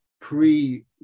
pre